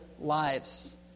lives